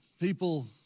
People